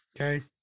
Okay